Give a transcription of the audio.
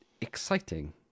exciting